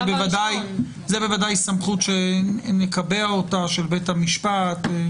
זה בוודאי סמכות שנקבע, של בית המשפט.